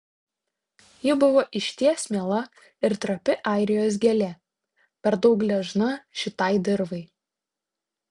ji buvo išties miela ir trapi airijos gėlė per daug gležna šitai dirvai